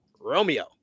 Romeo